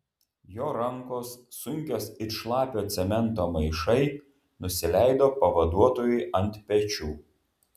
jo rankos sunkios it šlapio cemento maišai nusileido pavaduotojui ant pečių